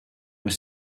were